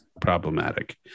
problematic